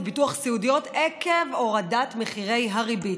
ביטוח סיעודיות עקב הורדת מחירי הריבית.